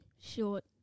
short